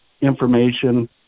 information